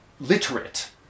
literate